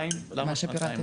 למה שנתיים?